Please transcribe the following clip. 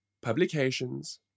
publications